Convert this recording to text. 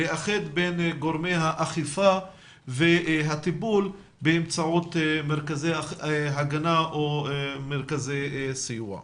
לאחד בין גורמי האכיפה והטיפול באמצעות מרכזי הגנה או מרכזי סיוע.